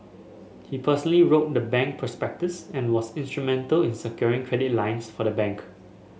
he wrote the bank prospectus and was instrumental in securing credit lines for the bank